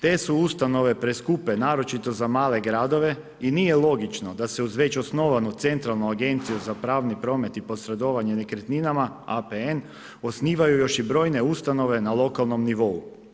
Te su ustanove preskupe naročito za male gradove i nije logično da se uz već osnovanu centralnu agenciju za pravni promet i posredovanje nekretninama APN osnivaju još i brojne ustanove na lokalnom nivou.